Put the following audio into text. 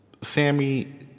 Sammy